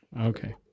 Okay